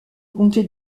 comté